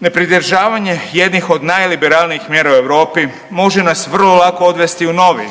Ne pridržavanje jednih od najliberalnijih mjera u Europi može nas vrlo lako odvesti u novi